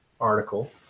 article